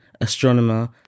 astronomer